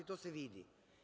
To se vidi.